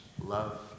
love